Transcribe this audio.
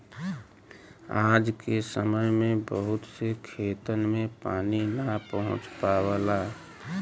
आज के समय में बहुत से खेतन में पानी ना पहुंच पावला